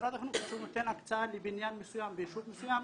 משרד החינוך כשהוא נותן הקצאה לבניין מסוים ביישוב מסוים,